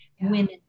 Women